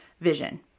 vision